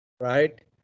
Right